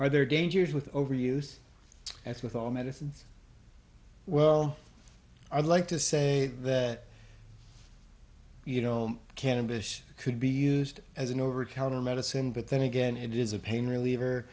or there are dangers with over use as with all medicines well i'd like to say that you know cannabis could be used as an over counter medicine but then again it is a pain reliever